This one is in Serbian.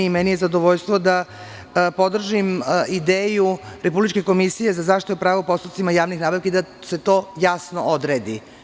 Zadovoljstvo mi je da podržim ideju Republičke komisije za zaštitu prava u postupcima javnih nabavki i da se to jasno odredi.